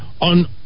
on